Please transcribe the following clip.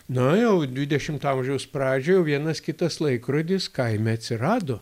na jau dvidešimto amžiaus pradžioj jau vienas kitas laikrodis kaime atsirado